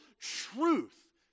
truth